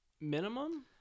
minimum